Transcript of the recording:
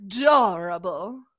adorable